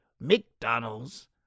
McDonald's